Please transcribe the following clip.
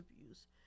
abuse